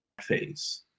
phase